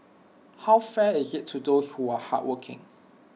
how fair is IT to those who are hardworking